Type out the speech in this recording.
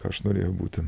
ką aš norėjau būti